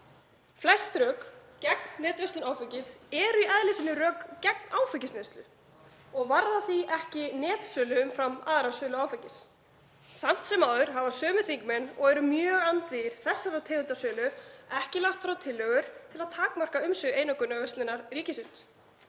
Flest rök gegn netverslun áfengis eru í eðli sínu rök gegn áfengisneyslu og varða því ekki netsölu umfram aðra sölu áfengis. Samt sem áður hafa sömu þingmenn og eru mjög andvígir þessari tegund af sölu ekki lagt fram tillögur til að takmarka umsvif einokunarverslun ríkisins.